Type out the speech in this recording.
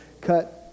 cut